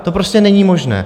To prostě není možné.